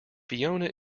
fiona